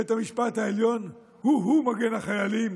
בית המשפט העליון הוא-הוא מגן החיילים,